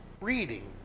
reading